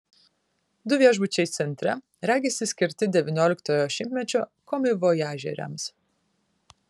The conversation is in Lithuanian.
du viešbučiai centre regisi skirti devynioliktojo šimtmečio komivojažieriams